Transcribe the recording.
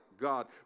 God